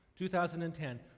2010